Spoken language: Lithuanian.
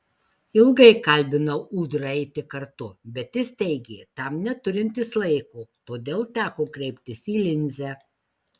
ilgai kalbinau ūdrą eiti kartu bet jis teigė tam neturintis laiko todėl teko kreiptis į linzę